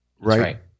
Right